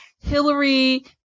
Hillary